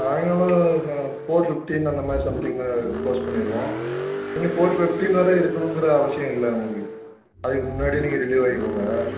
சாய்ங்காலம் ஃப four fifteen அந்த மாதிரி சம்திங்கில் க்ளோஸ் பண்ணிடுவோம் நீங்கள் ஃபோர் ஃபிஃப்ட்டின் வர இருக்கிணுங்கற அவசியம் இல்லை நமக்கு அதுக்கு முன்னாடி நீங்கள் ரிலீவ் ஆகிக்கோங்க